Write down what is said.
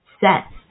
sets